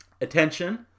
Attention